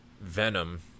Venom